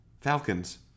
Falcons